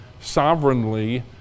sovereignly